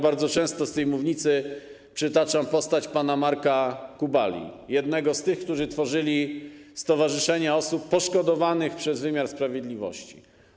Bardzo często z tej mównicy przytaczam przykład pana Marka Kubali, jednego z tych, którzy tworzyli stowarzyszenie osób poszkodowanych przez wymiar sprawiedliwości.